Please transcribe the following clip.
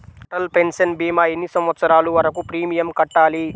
Atal pension భీమా ఎన్ని సంవత్సరాలు వరకు ప్రీమియం కట్టాలి?